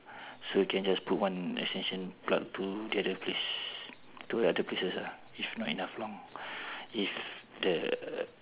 so you can just put one extension plug to the other place to other places ah if not enough long if the